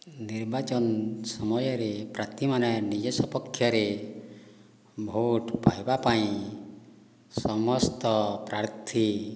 ନିର୍ବାଚନ ସମୟରେ ପ୍ରାର୍ଥୀମାନେ ନିଜ ସପକ୍ଷରେ ଭୋଟ୍ ପାଇବା ପାଇଁ ସମସ୍ତ ପ୍ରାର୍ଥୀ